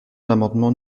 l’amendement